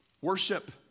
worship